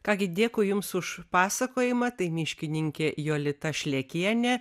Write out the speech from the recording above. ką gi dėkui jums už pasakojimą tai miškininkė jolita šlekienė